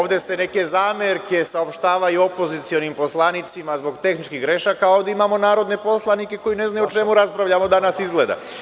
Ovde se neke zamerke saopštavaju opozicionim poslanicima zbog tehničkih grešaka, a ovde imamo narodne poslanike koji ne znaju o čemu raspravljamo danas, izgleda.